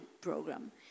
program